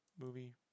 movie